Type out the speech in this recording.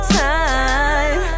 time